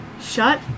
Shut